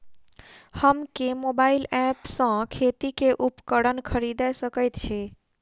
हम केँ mobile app सँ खेती केँ उपकरण खरीदै सकैत छी?